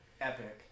epic